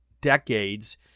decades